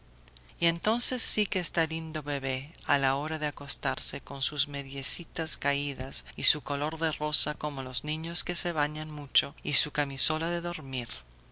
y entonces sí que está lindo bebé a la hora de acostarse con sus mediecitas caídas y su color de rosa como los niños que se bañan mucho y su camisola de dormir